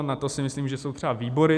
Na to si myslím, že jsou třeba výbory.